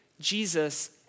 Jesus